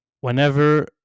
Whenever